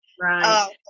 Right